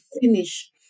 finish